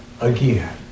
again